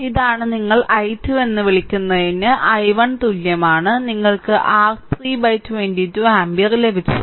ഇതാണ് നിങ്ങൾ i2 എന്ന് വിളിക്കുന്നത് i1 ന് തുല്യമാണ് നിങ്ങൾക്ക് R3 22 ആമ്പിയർ ലഭിച്ചു